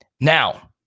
Now